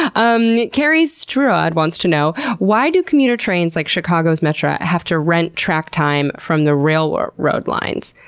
um carrie stuard wants to know why do commuter trains like chicago's metro have to rent track time from the railroad lines?